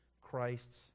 Christ's